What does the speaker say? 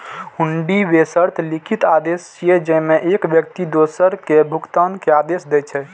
हुंडी बेशर्त लिखित आदेश छियै, जेइमे एक व्यक्ति दोसर कें भुगतान के आदेश दै छै